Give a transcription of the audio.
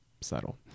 subtle